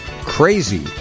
crazy